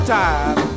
time